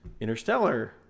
Interstellar